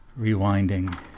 Rewinding